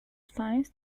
spines